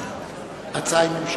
1 4